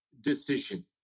decision